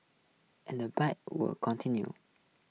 and the bike wars continue